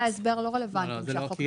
דברי ההסבר לא רלוונטיים כשהחוק חוקק.